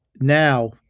now